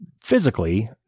physically